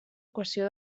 equació